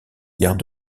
guerres